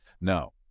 No